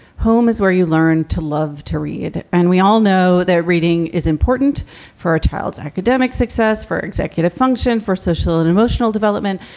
home is where you learn to love to read. and we all know that reading is important for a child's academic success, for executive function, for social and emotional development.